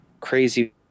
crazy